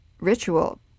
ritual